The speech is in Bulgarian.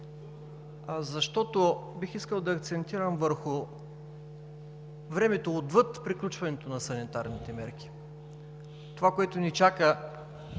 защото бих искал да акцентирам върху времето отвъд приключването на санитарните мерки. Това, което ни чака